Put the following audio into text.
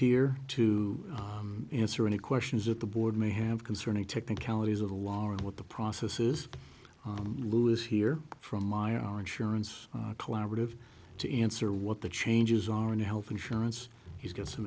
here to answer any questions at the board may have concerning technicalities of the law and what the process is lou is here from my our insurance collaborative to answer what the changes are in health insurance he's got some